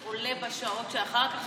וזה עולה בשעות שאחר כך?